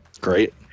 Great